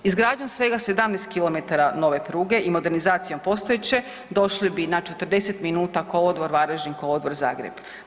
Izgradnju svega 17 km nove pruge i modernizacijom postojeće došli bi na 40 minuta kolodvor Varaždin, kolodvor Zagreb.